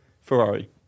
Ferrari